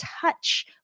touch